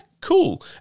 cool